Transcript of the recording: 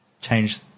change